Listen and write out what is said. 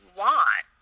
want